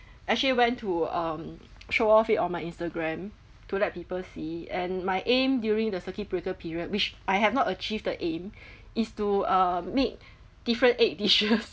actually went to um show off it on my instagram to let people see and my aim during the circuit breaker period which I have not achieved the aim is to uh make different egg dishes